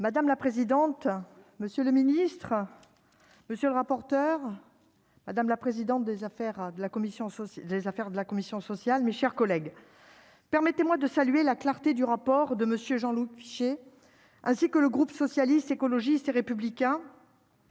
Madame la présidente, monsieur le ministre, monsieur le rapporteur, madame la présidente des affaires de la commission sur les affaires de la commission sociale, mes chers collègues permettez-moi de saluer la clarté du rapport de monsieur Jean-Luc Fichet, ainsi que le groupe socialiste, écologiste et républicain